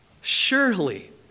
surely